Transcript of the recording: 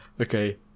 Okay